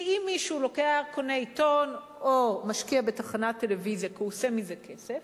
כי אם מישהו קונה עיתון או משקיע בתחנת טלוויזיה כי הוא עושה מזה כסף,